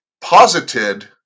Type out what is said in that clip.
posited